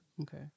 Okay